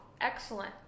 Excellent